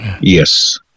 Yes